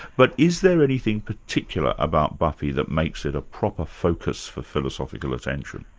but is there anything particular about buffy that makes it a proper focus for philosophical attention?